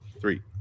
Three